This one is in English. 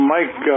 Mike